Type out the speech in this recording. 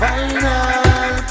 Final